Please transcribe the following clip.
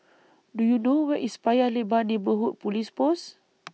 Do YOU know Where IS Paya Lebar Neighbourhood Police Post